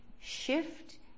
shift